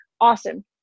awesome